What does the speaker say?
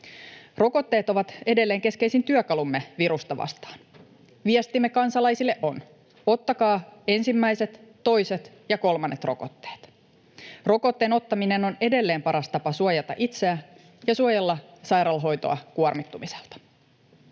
Rokotteet ovat edelleen keskeisin työkalumme virusta vastaan. Viestimme kansalaisille on: ottakaa ensimmäiset, toiset ja kolmannet rokotteet. Rokotteen ottaminen on edelleen paras tapa suojata itseä ja suojella sairaalahoitoa kuormittumiselta.